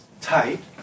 tight